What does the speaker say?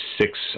six